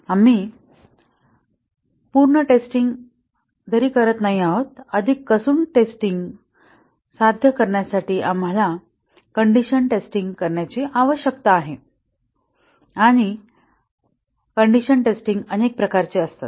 आम्ही पूर्ण टेस्टिंग घेत नाही आहोत अधिक कसून टेस्टिंग साध्य करण्यासाठी आम्हाला कंडिशन टेस्टिंग करण्याची आवश्यकता आहे आणि कंडिशन टेस्टिंग अनेक प्रकारची आहे